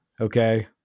okay